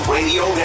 Radio